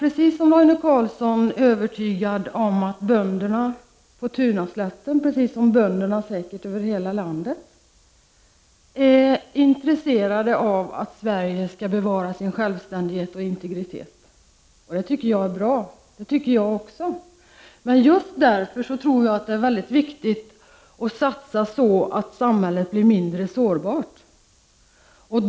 Precis som Roine Carlsson är jag också övertygad om att bönderna på Tunaslätten, liksom säkert bönderna över hela landet, är intresserade av att Sverige bevarar sin självständighet och integritet. Detta är bra, och detta är också min åsikt. Men just därför är det enligt min uppfattning mycket viktigt att satsa pengarna så att samhället blir mindre sårbart.